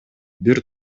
бир